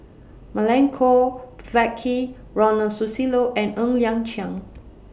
Milenko Prvacki Ronald Susilo and Ng Liang Chiang